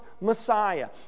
Messiah